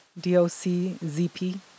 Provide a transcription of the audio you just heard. D-O-C-Z-P